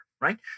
right